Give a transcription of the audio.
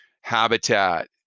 habitat